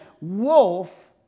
wolf